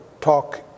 talk